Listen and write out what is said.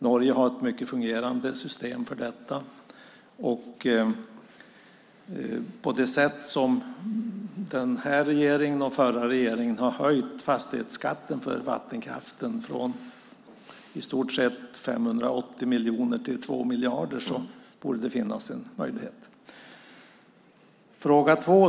Norge har ett väl fungerande system för detta. Med tanke på hur den här regeringen och den förra regeringen har höjt fastighetsskatten för vattenkraften från i stort sett 580 miljoner till 2 miljarder borde det finnas en möjlighet.